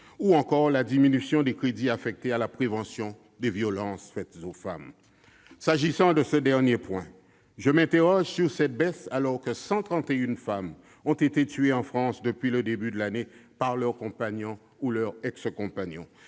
ou encore la diminution des crédits affectés à la prévention des violences faites aux femmes. S'agissant de ce dernier point, je m'interroge sur cette baisse, alors que 131 femmes ont été tuées en France depuis le début de l'année par leurs compagnons ou ex- compagnons.